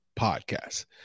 podcasts